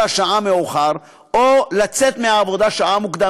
שעה מאוחר או לצאת מהעבודה שעה מוקדם,